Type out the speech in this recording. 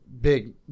big